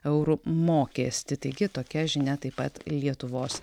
eurų mokestį taigi tokia žinia taip pat lietuvos